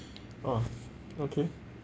oh okay